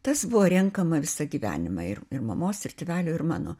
tas buvo renkama visą gyvenimą ir ir mamos ir tėvelio ir mano